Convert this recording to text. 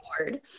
board